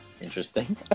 Interesting